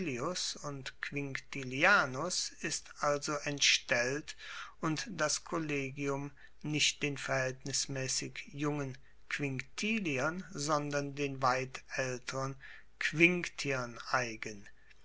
und quinctilianus ist also entstellt und das kollegium nicht den verhaeltnismaessig jungen quinctiliern sondern den weit aelteren quinctiern eigen